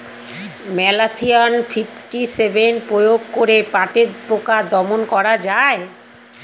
Malathion fifty seven প্রয়োগ করে পাটের পোকা দমন করা যায়?